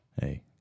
Hey